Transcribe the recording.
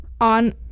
on